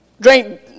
drink